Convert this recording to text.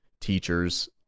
teachers